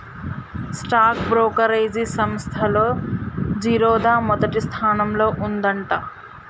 stock brokerage సంస్తల్లో జిరోదా మొదటి స్థానంలో ఉందంట